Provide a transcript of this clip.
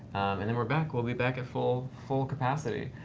and then we're back. we'll be back at full full capacity.